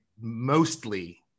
mostly